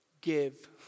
give